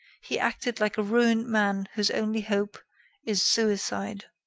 he acted like a ruined man whose only hope is suicide.